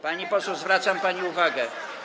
Pani poseł, zwracam pani uwagę.